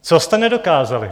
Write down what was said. Co jste nedokázali?